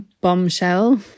bombshell